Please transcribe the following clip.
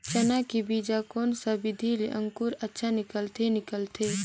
चाना के बीजा कोन सा विधि ले अंकुर अच्छा निकलथे निकलथे